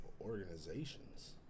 Organizations